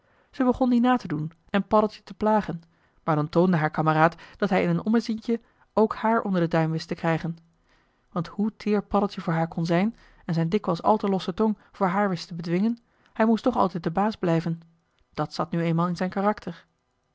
ze begon dien na te doen en paddeltje te plagen maar dan toonde haar kameraad dat hij in een ommezientje ook haar onder den duim wist te krijgen want hoe teer paddeltje voor haar kon zijn en zijn dikwijls al te losse tong voor haar wist te bedwingen hij moest toch altijd de baas blijven dat zat nu eenmaal in zijn karakter